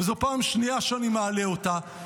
וזו הפעם השנייה שאני מעלה אותה,